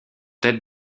tête